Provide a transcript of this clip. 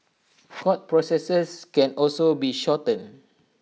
court processes can also be shortened